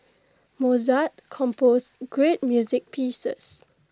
Mozart composed great music pieces